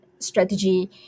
strategy